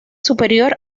superior